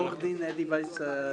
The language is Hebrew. עו"ד אדי ווייס,